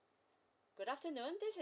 good afternoon this is